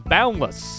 Boundless